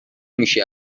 میشی